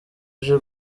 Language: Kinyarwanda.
uje